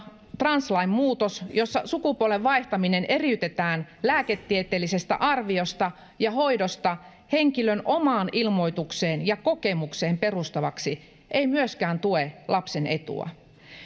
translain muutos jossa sukupuolen vaihtaminen eriytetään lääketieteellisestä arviosta ja hoidoista henkilön omaan ilmoitukseen ja kokemukseen perustuvaksi ei myöskään tue lapsen etua